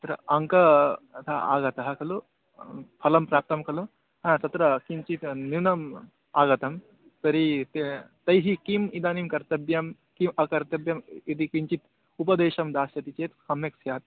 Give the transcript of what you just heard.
तत्र अङ्कः तथा आगतः खलु फलं प्राप्तं खलु हा तत्र किञ्चित् न्यूनम् आगतं तर्हि तैः किम् इदानिं कर्तव्यं किम् अकर्तव्यम् इति किञ्चित् उपदेशं दास्यति चेत् सम्यक् स्यात्